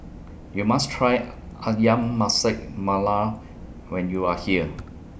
YOU must Try Ayam Masak Mala when YOU Are here